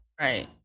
Right